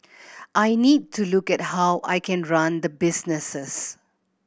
I need to look at how I can run the businesses